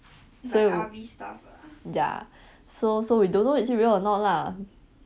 所以 ya so so we don't know is it real or not lah